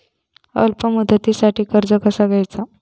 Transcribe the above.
अल्प मुदतीचा कर्ज कसा घ्यायचा?